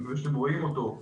אני מקווה שאתם רואים אותו,